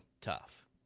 tough